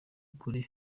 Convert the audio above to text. kure